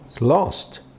Lost